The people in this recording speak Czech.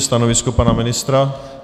Stanovisko pana ministra?